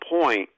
point